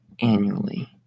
annually